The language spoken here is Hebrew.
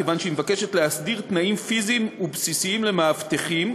כיוון שהיא מבקשת להסדיר תנאים פיזיים בסיסיים למאבטחים,